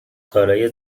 کارای